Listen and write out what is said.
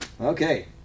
Okay